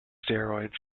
steroids